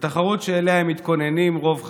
בתחרות שאליה הם מתכוננים רוב חייהם.